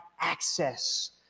access